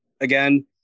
again